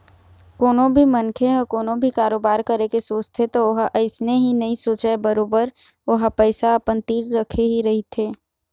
कोनो भी मनखे ह कोनो भी कारोबार करे के सोचथे त ओहा अइसने ही नइ सोचय बरोबर ओहा पइसा अपन तीर रखे ही रहिथे